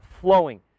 flowing